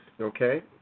Okay